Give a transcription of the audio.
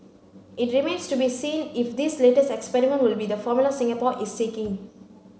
it remains to be seen if this latest experiment will be the formula Singapore is seeking